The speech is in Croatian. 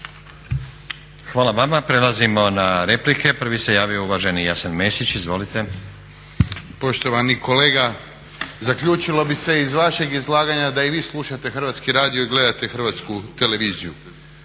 Hvala vam. Prelazimo na replike. Prvi se javio uvaženi Jasen Mesić, izvolite. **Mesić, Jasen (HDZ)** Poštovani kolega, zaključilo bi se iz vašeg izlaganja da i vi slušate Hrvatski radio i gledate Hrvatsku televiziju.